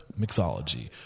mixology